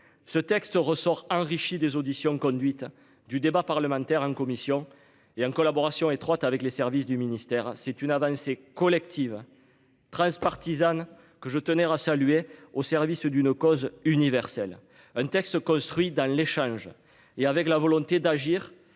Ce texte ressort enrichi des auditions conduites du débat parlementaire en commission et en collaboration étroite avec les services du ministère, c'est une avancée collective. Transpartisane que je tenais à saluer au service d'une cause universelle, un texte construit dans l'échange et avec la volonté d'agir